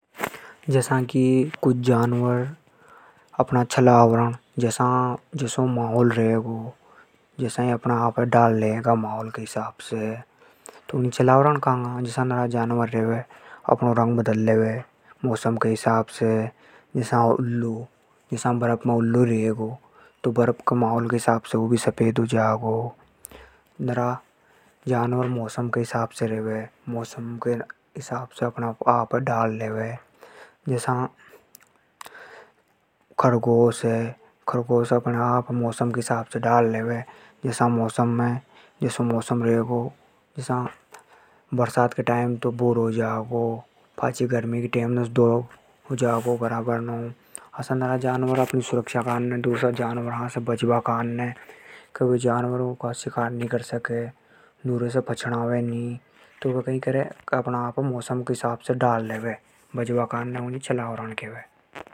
जसा की कुछ जानवर जसो माहौल रेवे, उसा ही अपने आप हे ढाल लेवे। ऊणी चलावरण केवे। मौसम के हिसाब से अपणो रंग बदल ले। जसा मौसम रेवे उसा ही ऊके अनुकूल होजा। जसा खरगोश बरसात में भूरो होजा। गर्मी में सफेद होजा। दूसरा जानवर से बचबा काने अपणो रंग बदल लेवे। उसे छलावरण केवे।